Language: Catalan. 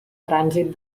trànsit